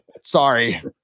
Sorry